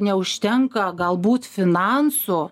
neužtenka galbūt finansų